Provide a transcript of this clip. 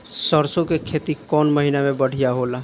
सरसों के खेती कौन महीना में बढ़िया होला?